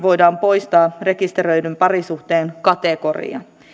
voidaan poistaa rekisteröidyn parisuhteen kategoria